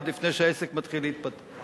עוד לפני שהעסק מתחיל להתפתח.